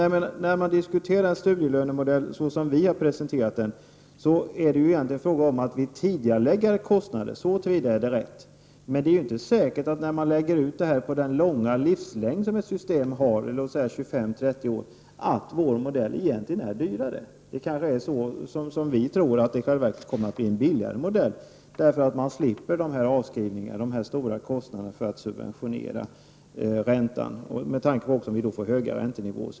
Med en studielönemodell av det slag som vi har presenterat blir det egentligen fråga om att tidigarelägga kostnader. Så till vida är det rätt. Men det är inte säkert att vår modell egentligen är dyrare om man lägger ut detta på den långa livslängd som ett system har på 25-30 år. Det kanske blir, vilket vi tror, en billigare modell, eftersom man slipper avskrivningarna och de stora kostnaderna för att subventionera räntan. Det måste ske en kraftig subvention om vi får höga räntenivåer.